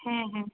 হ্যাঁ হ্যাঁ